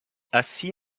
assis